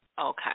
Okay